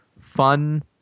fun